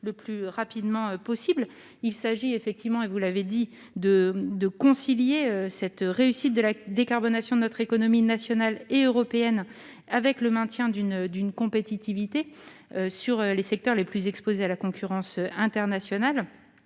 le plus rapidement possible. Il s'agit, comme vous l'avez dit, de concilier la réussite de la décarbonation de notre industrie nationale et européenne avec le maintien de notre compétitivité dans les secteurs les plus exposés à la concurrence internationale.